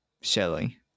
Shelly